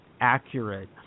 accurate